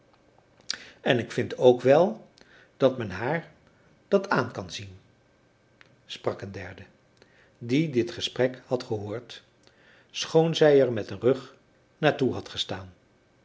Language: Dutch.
west ik vind ook wèl dat men haar dat aan kan zien sprak een derde die dit gesprek had gehoord schoon zij er met den rug naar toe had gestaan